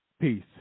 Peace